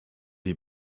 die